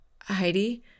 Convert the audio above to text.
Heidi